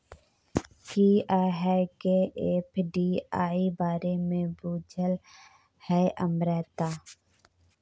कि अहाँकेँ एफ.डी.आई बारे मे बुझल यै अमृता?